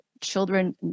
children